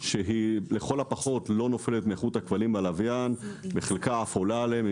שהיא לכל הפחות לא נופלת מאיכות הכבלים והלוויין וחלקה אף עולה עליהם,